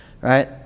Right